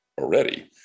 already